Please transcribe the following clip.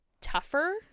tougher